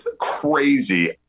crazy